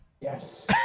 Yes